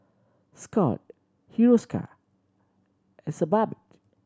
Scott Hiruscar and Sebamed